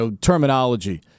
terminology